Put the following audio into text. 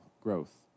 growth